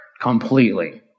completely